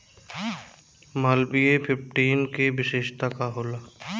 Malviya fifteen के विशेषता का होला?